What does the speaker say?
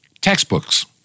textbooks